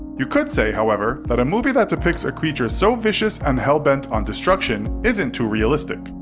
you could say, however, that a movie that depicts a creature so vicious and hellbent on destruction isn't too realistic.